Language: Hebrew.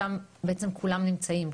שם בעצם כולם נמצאים,